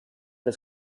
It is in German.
des